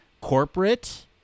corporate